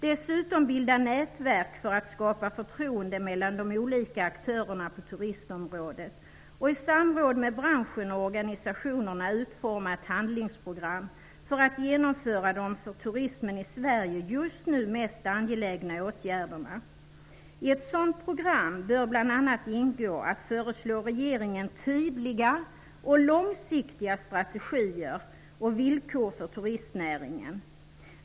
Dessutom skall TURSAM bilda nätverk för att skapa förtroende mellan de olika aktörerna på turistområdet och i samråd med branschen och organisationerna utforma ett handlingsprogram för att genomföra de för turismen i Sverige just nu mest angelägna åtgärderna. I ett sådant program bör bl.a. ingå att föreslå regeringen tydliga och långsiktiga strategier och villkor för turistnäringen.